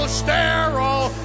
sterile